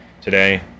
today